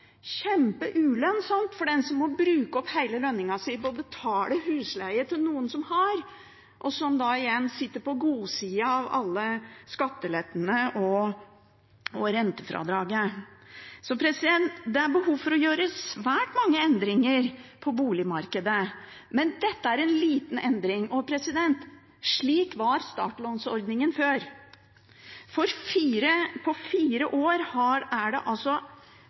for den som må bruke opp hele lønningen på å betale husleie til noen som har, og som da igjen sitter på godsida av alle skattelettene og rentefradraget. Det er behov for å gjøre svært mange endringer på boligmarkedet, men dette er en liten endring, og slik var startlånsordningen før. På fire år er ordningen for unge blitt halvert gjennom Husbanken, og jeg er